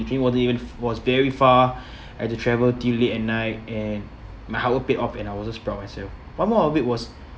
training ordeal was very far I have to travel till late at night and my hard work paid off and I was just proud of myself one more of it was